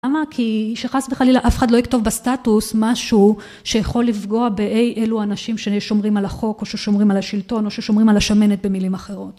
למה? כי שחס וחלילה אף אחד לא יכתוב בסטטוס משהו שיכול לפגוע באי-אלו אנשים ששומרים על החוק, או ששומרים על השלטון, או ששומרים על השמנת במילים אחרות.